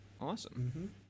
awesome